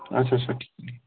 اچھا اچھا ٹھیٖک